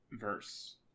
verse